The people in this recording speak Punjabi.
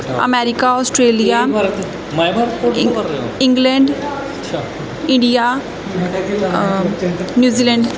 America Australia Eng England India New Zealand